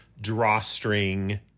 drawstring